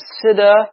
consider